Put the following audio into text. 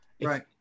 Right